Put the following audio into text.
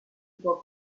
può